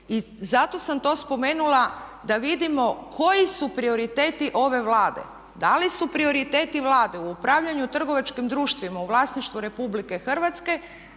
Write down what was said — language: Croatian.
I zato sam to spomenula da vidimo koji su prioriteti ove Vlade. Da li su prioriteti Vlade u upravljanju trgovačkim društvima u vlasništvu RH zadržavanje